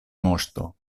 moŝto